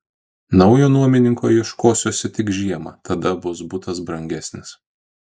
naujo nuomininko ieškosiuosi tik žiemą tada butas bus brangesnis